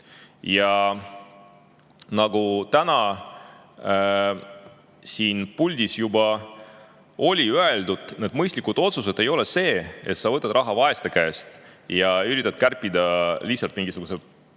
Nagu täna siin puldis on juba öeldud, need mõistlikud otsused ei ole sellised, et sa võtad raha vaeste käest ja üritad kärpida lihtsalt mingisugusel